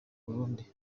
burundi